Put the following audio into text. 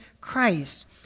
Christ